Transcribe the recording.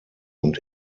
und